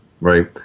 right